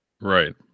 Right